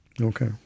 Okay